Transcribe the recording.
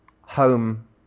home